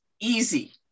easy